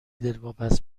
دلواپس